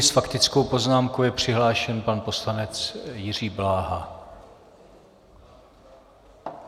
S faktickou poznámkou je přihlášen pan poslanec Jiří Bláha.